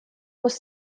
jose